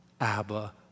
Abba